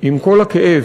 עם כל הכאב: